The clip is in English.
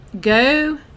go